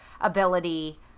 ability